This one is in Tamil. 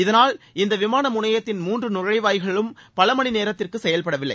இதனால் இந்த விமான முனையத்தின் மூன்று நுழைவாயில்களும் பல மணி நேரத்திற்கு செயல்பட இயலவில்லை